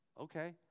okay